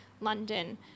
London